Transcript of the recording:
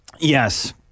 Yes